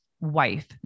wife